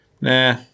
Nah